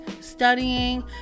studying